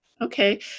Okay